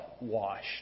washed